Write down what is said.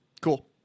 Cool